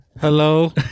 Hello